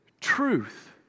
truth